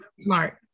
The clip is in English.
Smart